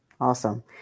Awesome